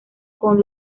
con